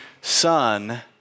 son